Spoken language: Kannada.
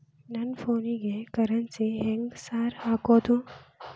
ನನ್ ಫೋನಿಗೆ ಕರೆನ್ಸಿ ಹೆಂಗ್ ಸಾರ್ ಹಾಕೋದ್?